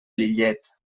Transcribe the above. lillet